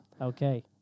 Okay